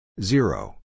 Zero